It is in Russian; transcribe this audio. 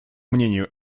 мнению